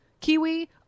Kiwi